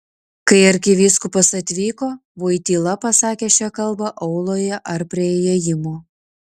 kai arkivyskupas atvyko voityla pasakė šią kalbą auloje ar prie įėjimo